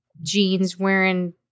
Jeans-wearing